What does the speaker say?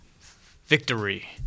Victory